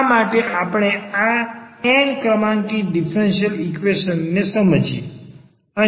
આ માટે આપણે આ n ક્રમાંકિત ડીફરન્સીયલ ઈક્વેશન ને સમજીએ